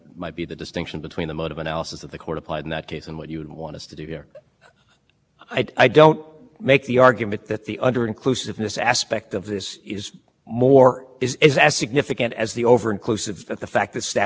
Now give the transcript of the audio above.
statute is overly broad i also recognize that of course in broderick there was no ban on the activity which we're dealing with here which is the making of contributions furthermore of course at that time the statute had been